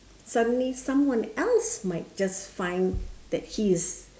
suddenly someone else might just find that he is